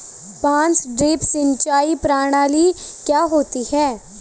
बांस ड्रिप सिंचाई प्रणाली क्या होती है?